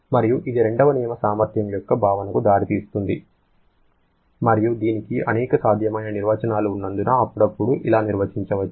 మరియు ఇది రెండవ నియమ సామర్థ్యం యొక్క భావనకు దారి తీస్తుంది మరియు దీనికి అనేక సాధ్యమైన నిర్వచనాలు ఉన్నందున అప్పుడప్పుడు ఇలా నిర్వచించవచ్చు